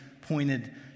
pointed